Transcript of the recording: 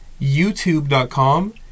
YouTube.com